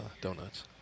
donuts